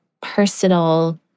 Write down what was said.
personal